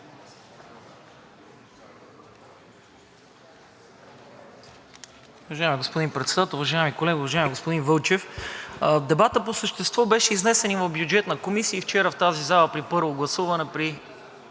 Дебатът по същество беше изнесен и в Бюджетната комисия, и вчера в тази зала при първо гласуване се